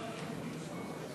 הרי